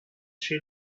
she